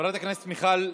חברת הכנסת מיכל,